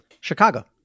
Chicago